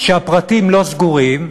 כשהפרטים לא סגורים,